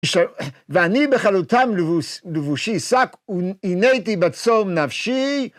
ואני בחלותי לבושי שק, עיניתי בצום נפשי.